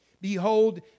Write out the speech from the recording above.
behold